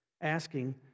asking